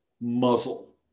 muzzle